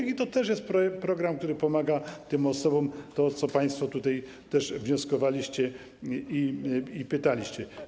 I to też jest program, który pomaga tym osobom, o co państwo też wnioskowaliście i pytaliście.